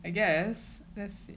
I guess that's